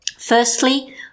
Firstly